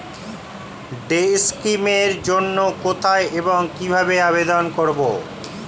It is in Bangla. ডে স্কিম এর জন্য কোথায় এবং কিভাবে আবেদন করব?